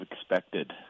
expected